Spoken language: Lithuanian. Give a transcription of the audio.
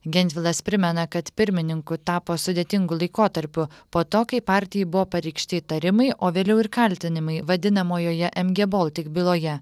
gentvilas primena kad pirmininku tapo sudėtingu laikotarpiu po to kai partijai buvo pareikšti įtarimai o vėliau ir kaltinimai vadinamojoje mg baltic byloje